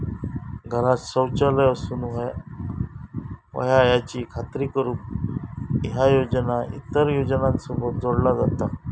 घरांत शौचालय असूक व्हया याची खात्री करुक ह्या योजना इतर योजनांसोबत जोडला जाता